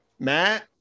Matt